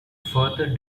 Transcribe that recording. further